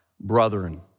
Brethren